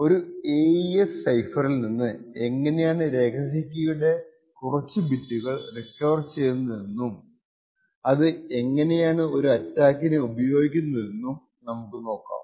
ഒരു AES സൈഫറിൽ നിന്ന് എങ്ങനെയാണ് രഹസ്യ കീയുടെ കുറച്ച് ബിറ്റുകൾ റിക്കവർ ചെയ്യുന്നത് എന്നും അത് എങ്ങനെയാണ് ഒരു അറ്റാക്കിന് ഉപയോഗിക്കുന്നത് എന്നും നമുക്കു നോക്കാം